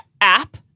app